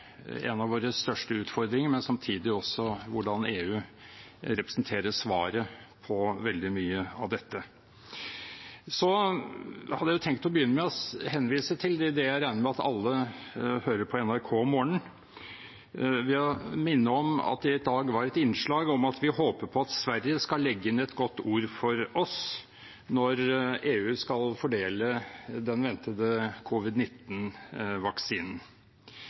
en av våre største utfordringer, og samtidig hvordan EU representerer svaret på veldig mye av dette. Jeg hadde tenkt å begynne med å henvise til – idet jeg regner med at alle hører på NRK om morgenen – at det i dag var et innslag om at vi håper Sverige skal legge inn et godt ord for oss når EU skal fordele den ventede